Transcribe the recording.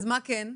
אז מה כן?